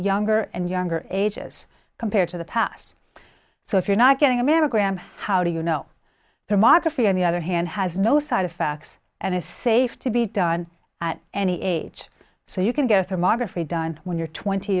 younger and younger ages compared to the past so if you're not getting a mammogram how do you know tomography on the other hand has no side effects and is safe to be done at any age so you can get a thermography done when you're twenty